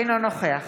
אינו נוכח